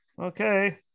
Okay